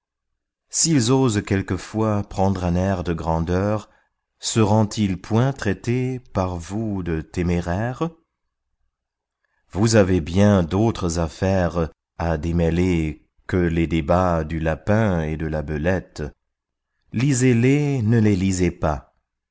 s'ils osent quelquefois prendre un air de grandeur seront-ils point traités par vous de téméraires vous avez bien d'autres affaires à démêler que les débats du lapin et de la belette lisez-les ne les lisez pas